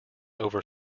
over